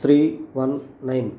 three one nine